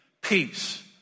peace